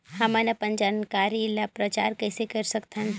हमन अपन जानकारी ल प्रचार कइसे कर सकथन?